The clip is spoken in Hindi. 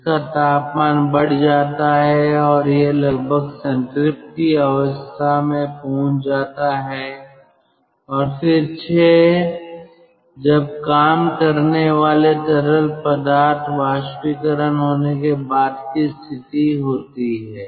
इसका तापमान बढ़ जाता है और यह लगभग संतृप्ति अवस्था में पहुंच जाता है और फिर 6 जब काम करने वाले तरल पदार्थ वाष्पीकरण होने के बाद की स्थिति होती है